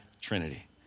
Trinity